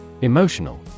Emotional